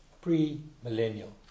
Pre-millennial